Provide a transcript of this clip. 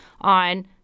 on